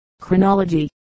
chronology